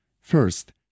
First